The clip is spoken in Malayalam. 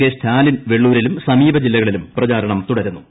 കെ സ്റ്റാലിൻ വെള്ളൂരിലും സമീപ ജില്ലകളിലും പ്രചാരങ്ങും തുടർന്നു